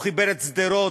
הוא חיבר את שדרות,